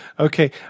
Okay